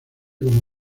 como